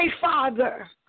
Father